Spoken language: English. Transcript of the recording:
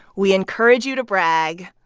we encourage you to brag.